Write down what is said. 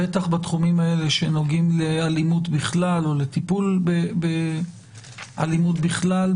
בטח בתחומים האלה שנוגעים לאלימות בכלל ולטיפול באלימות בכלל,